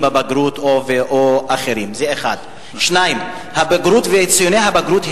בדיון שנערך בוועדת החוץ והביטחון התעוררו